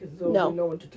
No